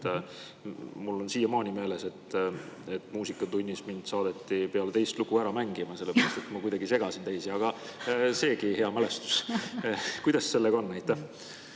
Mul on siiamaani meeles, et muusikatunnis mind saadeti peale teist lugu ära mängima, sellepärast et ma kuidagi segasin teisi. Aga seegi hea mälestus. Kuidas sellega on?